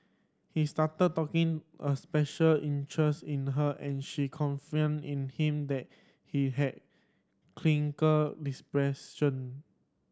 he started talking a special interest in her and she in him that he had clinical depression